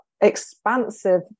expansive